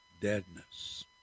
deadness